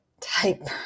type